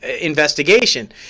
investigation